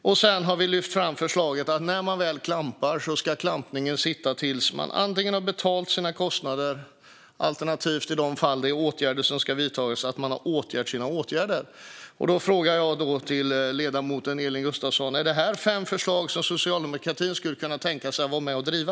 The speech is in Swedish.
Slutligen har vi lyft fram förslaget att när klampning sker ska klampningen sitta antingen tills man har betalat sina kostnader eller alternativt, i de fall det är åtgärder som ska vidtas, tills man har vidtagit sina åtgärder. Då är min fråga till ledamoten Elin Gustafsson: Är det här fem förslag som socialdemokratin skulle kunna tänka sig att vara med och driva?